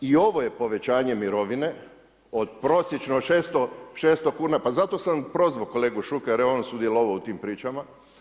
I ovo je povećanje mirovine od prosječno 600 kuna, pa zato sam prozvao kolegu Šuker je on sudjelovao u tim pričama.